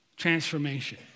transformation